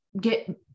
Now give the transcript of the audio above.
get